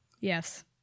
Yes